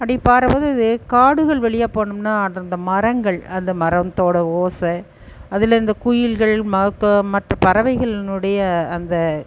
அப்படி பாரைமோது இது காடுகள் வழியாக போனோம்ன்னா அடர்ந்த மரங்கள் அந்த மரம்தோட ஓசை அதிலருந்து குயில்கள் மகக்க மற்ற பறவைகள்னுடைய அந்த